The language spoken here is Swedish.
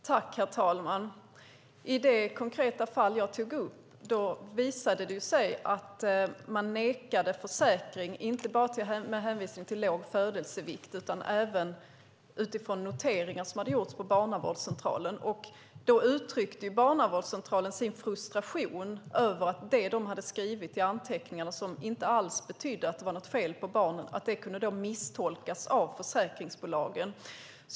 Herr talman! I det konkreta fall som jag tog upp visade det sig att man nekade försäkring, inte bara med hänvisning till låg födelsevikt utan även utifrån noteringar som hade gjorts på barnavårdscentralen. Då uttryckte barnavårdscentralen sin frustration över att det som de hade skrivit i anteckningarna, som inte alls betydde att det var något fel på barnet, kunde misstolkas av försäkringsbolagen.